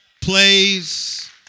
plays